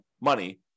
money